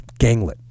Ganglet